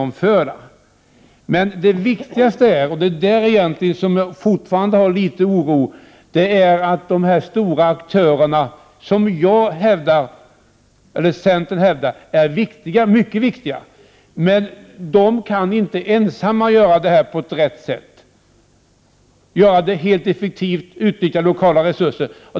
Men det viktigaste är — och på den punkten känner jag fortfarande viss oro — att de här stora aktörerna, som vi i centern menar är mycket viktiga, inte ensamma kan vidta erforderliga åtgärder på ett riktigt sätt. Det gäller ju att vara effektiv och att utnyttja lokala resurser.